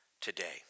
today